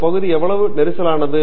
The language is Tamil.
இந்த பகுதி எவ்வளவு நெரிசலானது